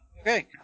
okay